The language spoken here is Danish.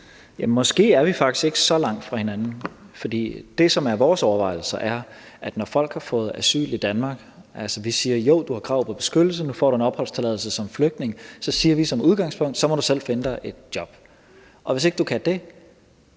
er vi faktisk ikke så langt fra hinanden. For det, som er vores udgangspunkt, er, at man, når folk har fået asyl i Danmark – man siger, at jo, du har krav på beskyttelse, og nu får du en opholdstilladelse som flygtning – som udgangspunkt siger, at du selv må finde dig et job, og hvis ikke du kan det,